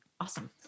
Awesome